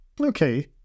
Okay